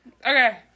Okay